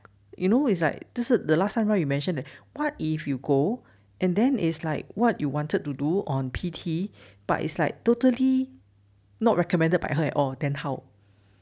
you know it's like 就是 the last time you mentioned that what if you go and then is like what you wanted to do on P_T but it's like totally not recommended by her or then how